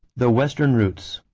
the western routes.